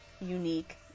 unique